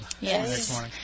Yes